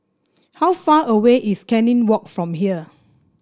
how far away is Canning Walk from here